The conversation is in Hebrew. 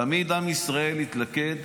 תמיד עם ישראל התלכד